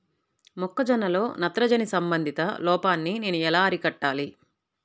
మొక్క జొన్నలో నత్రజని సంబంధిత లోపాన్ని నేను ఎలా అరికట్టాలి?